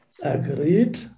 Agreed